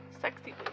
Sexy